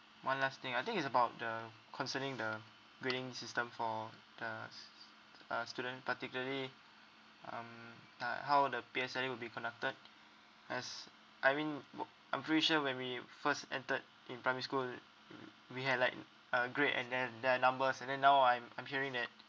one last thing I think it's about the concerning the grading system for the s~ s~ uh student particularly um the how the P_S_L_E will be conducted as I mean ugh I'm pretty sure when we first entered in primary school mm we had like a grade and then there're numbers and then now I'm I'm hearing that